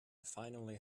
finally